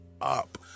up